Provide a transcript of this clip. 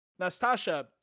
Nastasha